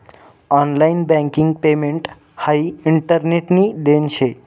online banking payment हाई इंटरनेटनी देन शे